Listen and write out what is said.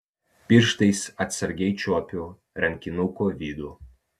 pirštais atsargiai čiuopiu rankinuko vidų